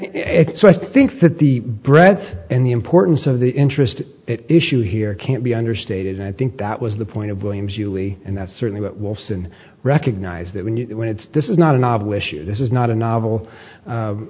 think so i think that the breadth and the importance of the interest issue here can't be understated and i think that was the point of williams uli and that's certainly what wilson recognized that when you when it's this is not a novel issue this is not a novel